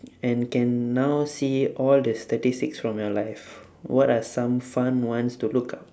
and can now see all the statistics from your life what are some fun ones to look up